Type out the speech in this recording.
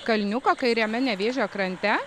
kalniuko kairiame nevėžio krante